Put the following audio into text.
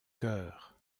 chœur